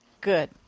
Good